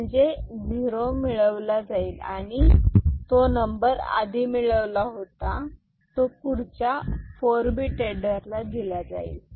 म्हणजे झिरो मिळविला जाईल आणि जो नंबर आधी मिळविला होता तो पुढच्या फोर बीट एडर ला दिला जाईल